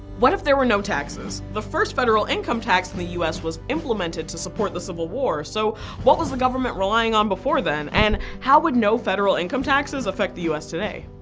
what if there were no taxes? the first federal income tax in the u s. was implemented to support the civil war, so what was the government relying on before then? and how would no federal income taxes affect the u s. today?